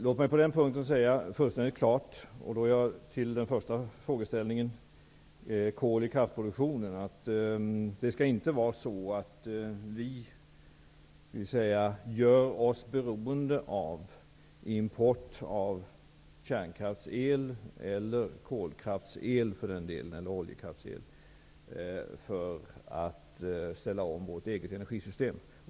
När det gäller den första frågan om kol i kraftproduktionen, skall vi inte göra oss beroende av import av kärnkraftsel, kolkraftsel eller oljekraftsel för att ställa om vårt energisystem.